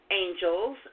angels